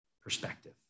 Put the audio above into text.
perspective